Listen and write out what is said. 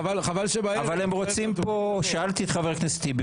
חבל שבערב --- שאלתי את חבר הכנסת טיבי,